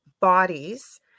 bodies